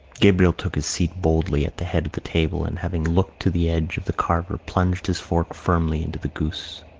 gabriel took his seat boldly at the head of the table and, having looked to the edge of the carver, plunged his fork firmly into the goose.